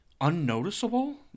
unnoticeable